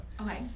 Okay